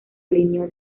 alineó